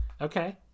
okay